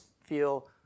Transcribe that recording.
feel